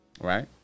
Right